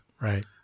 Right